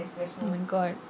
oh my god